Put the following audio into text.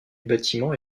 bâtiment